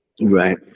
right